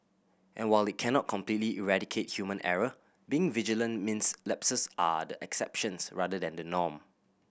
and while it cannot completely eradicate human error being vigilant means lapses are the exceptions rather than the norm